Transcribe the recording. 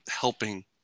helping